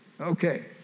Okay